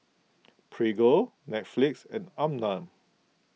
Prego Netflix and Anmum